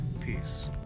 Peace